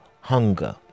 hunger